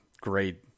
great